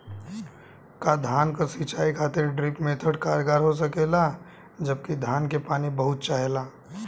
का धान क सिंचाई खातिर ड्रिप मेथड कारगर हो सकेला जबकि धान के पानी बहुत चाहेला?